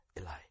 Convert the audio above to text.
Eli